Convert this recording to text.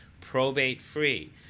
probate-free